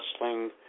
wrestling